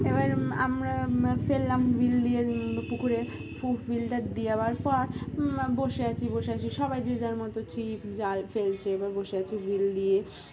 এবার আমরা ফেললাম হুইল দিয়ে পুকুরে হুইলটা দেওয়ার পর বসে আছি বসে আছি সবাই যে যার মতো ছিপ জাল ফেলছে এবার বসে আছি হুইল দিয়ে